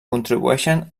contribueixen